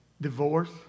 Divorce